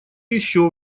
еще